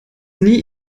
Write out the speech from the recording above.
nie